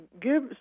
Give